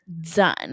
done